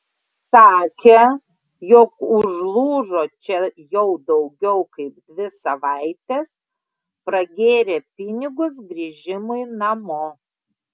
sakė jog užlūžo čia jau daugiau kaip dvi savaites pragėrė pinigus grįžimui namo